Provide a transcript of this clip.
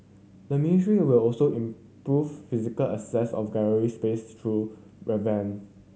the ministry will also improve physical access of gallery space through revamp